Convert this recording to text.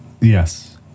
Yes